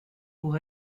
pour